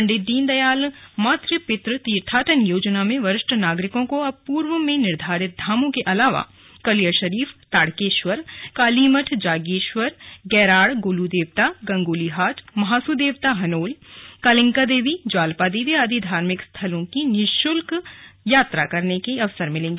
पंडित दीनदयाल मात्र पितृ तीर्थाटन योजना में वरिष्ठ नागरिकों को अब पूर्व में निर्घारित धामों के अलावा कलियर शरीफ ताड़केश्वर कालीमठ जागेश्वर गैराड़ गोलू देवता गंगोलीहाट महासू देवता हनोल कालिंका देवी ज्वाल्पा देवी आदि धार्मिक स्थलों की निरूशल्क यात्रा करने का अवसर मिलेगा